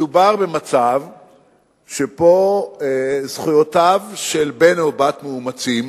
מדובר במצב שבו זכויות של בן או בת מאומצים